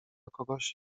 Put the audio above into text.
kogoś